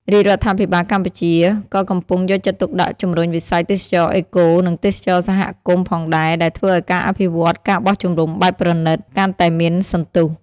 រាជរដ្ឋាភិបាលកម្ពុជាក៏កំពុងយកចិត្តទុកដាក់ជំរុញវិស័យទេសចរណ៍អេកូ និងទេសចរណ៍សហគមន៍ផងដែរ ដែលធ្វើឲ្យការអភិវឌ្ឍ ការបោះជំរំបែបប្រណីត កាន់តែមានសន្ទុះ។